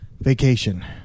vacation